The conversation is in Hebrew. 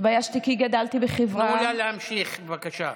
התביישתי כי גדלתי בחברה, תנו לה להמשיך, בבקשה.